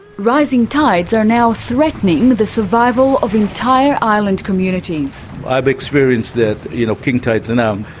rising tides are now threatening the survival of entire island communities. i've experienced that you know king tides are now.